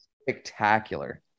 Spectacular